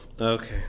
Okay